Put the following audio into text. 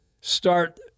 start